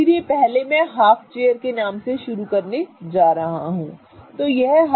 इसलिए पहले मैं हाफ चेयर के नाम से कुछ शुरू करने जा रहा हूं ठीक है